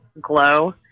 Glow